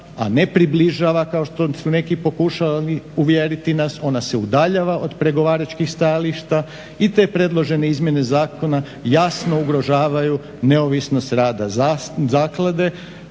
a ne približava kao što su neki pokušali uvjeriti nas, ona se udaljava od pregovaračkih stajališta i te predložene izmjene zakona jasno ugrožavaju neovisnost rada zaklade